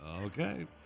Okay